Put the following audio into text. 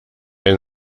ein